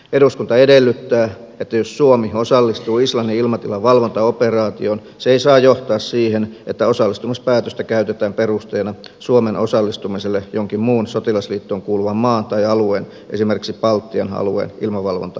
eduskunta edellyttää että jos suomi osallistuu islannin ilmatilan valvontaoperaatioon se ei saa johtaa siihen että osallistumispäätöstä käytetään perusteena suomen osallistumiselle jonkin muun sotilasliittoon kuuluvan maan tai alueen esimerkiksi baltian alueen ilmavalvontaoperaatioihin